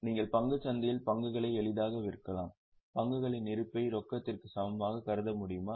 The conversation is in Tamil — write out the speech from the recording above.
நீங்கள் பங்குச் சந்தையில் பங்குகளை எளிதாக விற்கலாம் பங்குகளின் இருப்பை ரொக்கத்திற்கு சமமாக கருத முடியுமா